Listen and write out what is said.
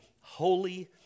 holy